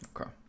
Okay